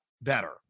better